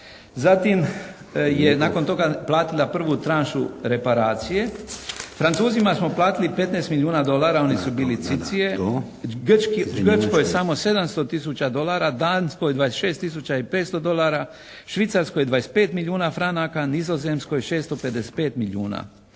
Zatim je nakon toga platila prvu tranšu reparacije. Francuzima smo platili 15 milijuna dolara, oni su bili cicije. Grčkoj samo 700 tisuća dolara, Danskoj 26 tisuća i 500 dolara, Švicarskoj 25 milijuna franaka, Nizozemskoj 655 milijuna.